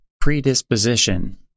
predisposition